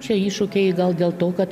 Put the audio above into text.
čia iššūkiai gal dėl to kad